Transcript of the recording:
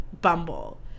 Bumble